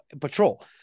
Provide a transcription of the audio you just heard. patrol